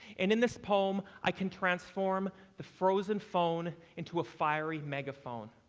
and in this poem i can transform the frozen phone into a fiery megaphone,